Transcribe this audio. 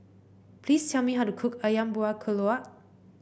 please tell me how to cook ayam Buah Keluak